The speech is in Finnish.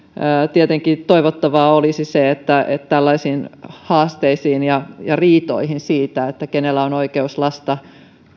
tietenkin toivottavaa olisi se että tällaisiin haasteisiin ja ja riitoihin siitä kenellä on oikeus lasta